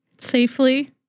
Safely